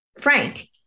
Frank